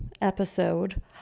episode